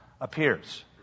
appears